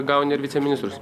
gauni ir viceministrus